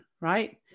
right